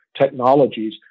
technologies